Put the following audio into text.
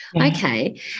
okay